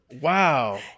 Wow